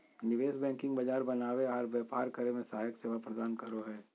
निवेश बैंकिंग बाजार बनावे आर व्यापार करे मे सहायक सेवा प्रदान करो हय